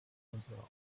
unserer